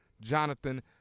Jonathan